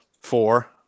Four